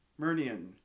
Murnian